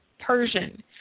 Persian